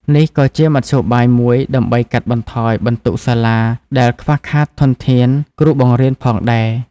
នេះក៏ជាមធ្យោបាយមួយដើម្បីកាត់បន្ថយបន្ទុកសាលាដែលខ្វះខាតធនធានគ្រូបង្រៀនផងដែរ។